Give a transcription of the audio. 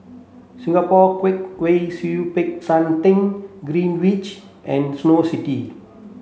Singapore Kwong Wai Siew Peck San Theng Greenwich which and Snow City